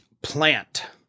plant